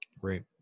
great